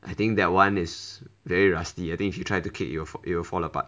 I think that [one] is very rusty I think if you try to kick it will fall apart